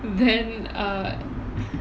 then err